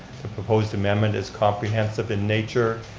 the proposed amendment is comprehensive in nature.